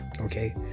Okay